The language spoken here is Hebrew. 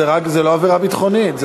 זו לא עבירה ביטחונית.